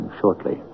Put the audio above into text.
shortly